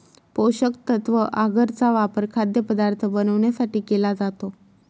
पोषकतत्व आगर चा वापर खाद्यपदार्थ बनवण्यासाठी केला जातो